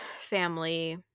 family